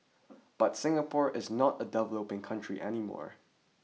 but Singapore is not a developing country any more